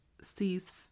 sees